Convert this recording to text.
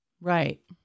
Right